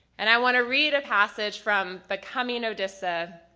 and i want to read a passage from becoming odessa,